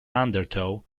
undertow